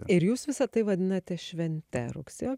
ir jūs visa tai vadinate švente rugsėjo